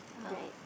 right